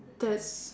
there's